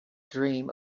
dream